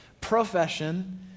profession